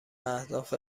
اهداف